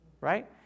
Right